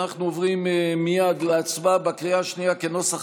אנחנו עוברים מייד להצבעה בקריאה שנייה כנוסח